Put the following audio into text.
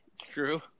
True